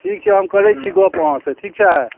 ठीक छै हम करै छी गप अहाँसँ ठीक छै